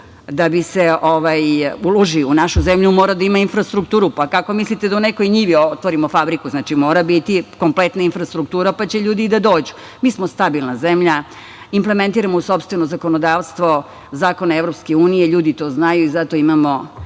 da bi se uložilo u našu zemlju, mora da ima infrastrukturu. Pa, kako mislite da u nekoj njivi otvorimo fabriku? Znači, mora biti kompletna infrastruktura, pa će ljudi da dođu. Mi smo stabilna zemlja. Implementiramo u sopstveno zakonodavstvo zakone EU. Ljudi to znaju i zato imamo